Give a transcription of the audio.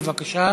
בבקשה,